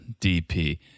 DP